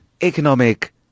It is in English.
Economic